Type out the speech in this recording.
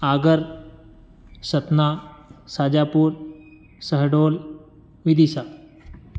Sagar Satna Shahjahanpur Shahdol Vidisha